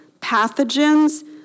pathogens